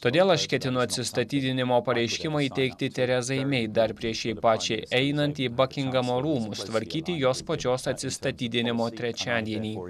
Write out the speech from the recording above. todėl aš ketinu atsistatydinimo pareiškimą įteikti terezai mei dar prieš jai pačiai einant į bakingamo rūmus tvarkyti jos pačios atsistatydinimo trečiadienį